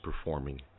performing